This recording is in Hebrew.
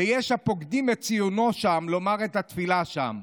ויש הפוקדים את ציונו שם לומר את התפילה שם.